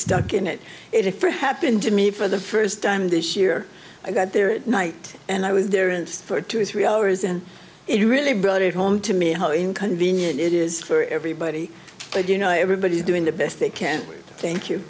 stuck in it if it happened to me for the first time this year i got there at night and i was there and for two or three hours and it really brought it home to me how inconvenient it is for everybody but you know everybody doing the best they can thank you